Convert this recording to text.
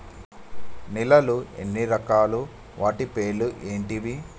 నేలలు ఎన్ని రకాలు? వాటి పేర్లు ఏంటివి?